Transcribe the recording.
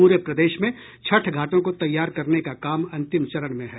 पूरे प्रदेश में छठ घाटों को तैयार करने का काम अंतिम चरण में है